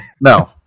no